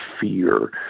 fear